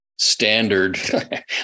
Standard